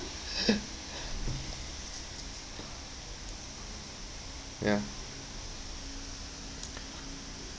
ya